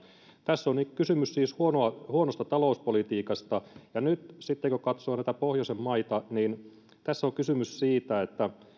tässä on kysymys siis huonosta talouspolitiikasta ja nyt sitten kun katsoo näitä pohjoisen maita tässä on kysymys siitä että